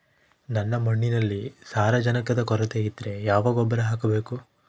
ನನ್ನ ಮಣ್ಣಿನಲ್ಲಿ ಸಾರಜನಕದ ಕೊರತೆ ಇದ್ದರೆ ಯಾವ ಗೊಬ್ಬರ ಹಾಕಬೇಕು?